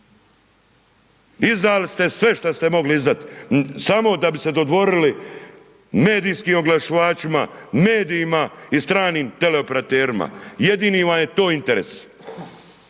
Izdali ste sve šta ste mogli izdat samo da bi se dodvorili medijskim oglašivačima, medijima i stranim teleoperaterima. Jedini vam je to interes.